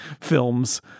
films